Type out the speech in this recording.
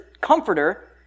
comforter